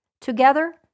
Together